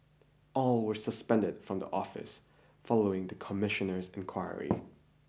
all were suspended from office following the Commissioner's inquiry